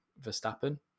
Verstappen